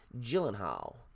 Gyllenhaal